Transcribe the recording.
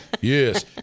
Yes